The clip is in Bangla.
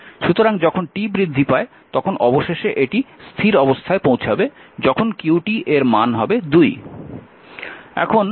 সুতরাং যখন t বৃদ্ধি পায় তখন অবশেষে এটি স্থির অবস্থায় পৌঁছাবে যখন q এর মান হবে 2